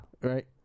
Right